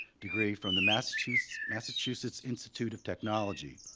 degree from the massachusetts massachusetts institute of technology.